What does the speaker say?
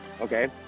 okay